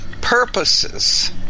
purposes